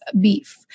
beef